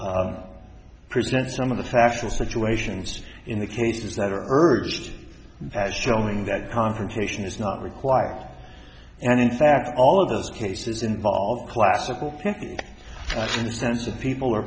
to present some of the factual situations in the cases that are urged as showing that confrontation is not required and in fact all of those cases involve classical rights in the sense of people are